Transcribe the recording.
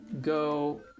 go